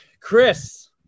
Chris